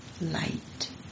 light